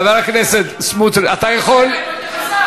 חבר הכנסת סמוטריץ, אתה יכול, היא לא התייחסה.